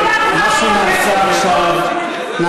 אני מקבל עכשיו עדכון ממזכיר הכנסת שמה